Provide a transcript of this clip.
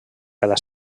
cada